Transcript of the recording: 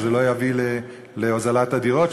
להוזלת הדירות,